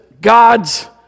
God's